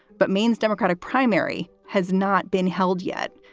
but maine's democratic primary has not been held yet.